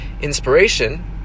inspiration